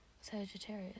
sagittarius